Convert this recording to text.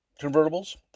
convertibles